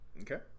Okay